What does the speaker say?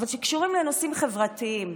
שקשורות לנושאים חברתיים,